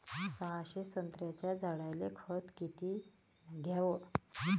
सहाशे संत्र्याच्या झाडायले खत किती घ्याव?